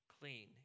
clean